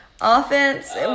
Offense